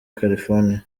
california